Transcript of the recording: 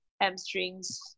hamstrings